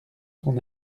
son